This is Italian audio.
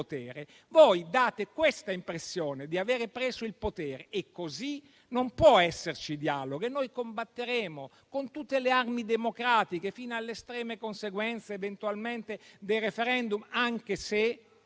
Voi date l'impressione di avere preso il potere e così non può esserci dialogo. Noi combatteremo con tutte le armi democratiche fino alle estreme conseguenze, eventualmente dei *referendum*, anche se